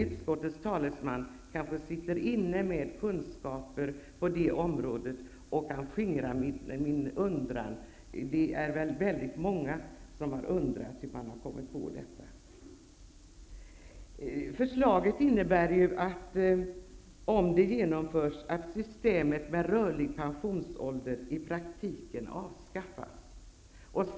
Utskottets talesman kanske sitter inne med kunskaper på det området och kan skingra min undran. Det är nog många som har undrat hur man har kommit på förslaget. Förslaget innebär att systemet med rörlig pensionsålder i praktiken avskaffas.